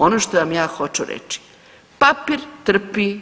Ono što vam ja hoću reći papir trpi